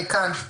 אני כאן.